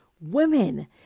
Women